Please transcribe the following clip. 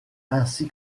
ainsi